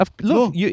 Look